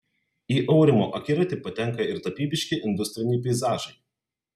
į aurimo akiratį patenka ir tapybiški industriniai peizažai